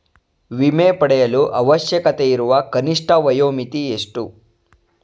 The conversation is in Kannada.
ವಿಮೆ ಪಡೆಯಲು ಅವಶ್ಯಕತೆಯಿರುವ ಕನಿಷ್ಠ ವಯೋಮಿತಿ ಎಷ್ಟು?